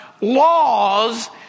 laws